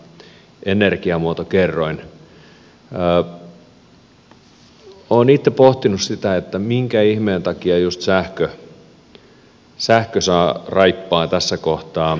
olen itse pohtinut sitä että minkä ihmeen takia just sähkö saa raippaa tässä kohtaa